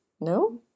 No